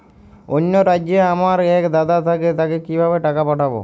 অন্য রাজ্যে আমার এক দাদা থাকে তাকে কিভাবে টাকা পাঠাবো?